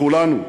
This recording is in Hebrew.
לכולנו.